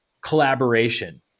collaboration